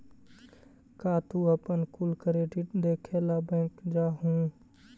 का तू अपन कुल क्रेडिट देखे ला बैंक जा हूँ?